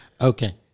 Okay